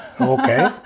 Okay